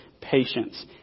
patience